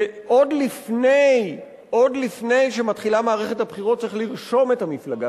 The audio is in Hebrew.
עוד לפני שמתחילה מערכת הבחירות צריך לרשום את המפלגה,